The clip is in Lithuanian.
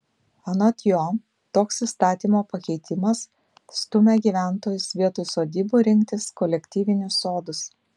anot jo toks įstatymo pakeitimas stumia gyventojus vietoj sodybų rinktis kolektyvinius sodus